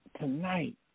tonight